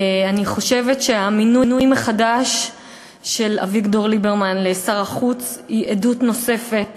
אני חושבת שהמינוי מחדש של אביגדור ליברמן לשר החוץ הוא עדות נוספת